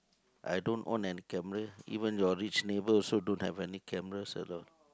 I don't own an camera even your rich neighbor also don't have any cameras at all